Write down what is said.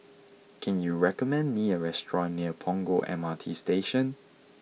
can you recommend me a restaurant near Punggol M R T Station